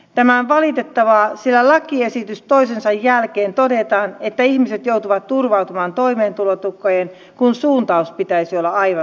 tämä on valitettavaa sillä lakiesitys toisensa jälkeen todetaan että ihmiset joutuvat turvautumaan toimeentulotukeen kun suuntauksen pitäisi olla aivan toinen